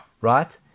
right